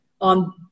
on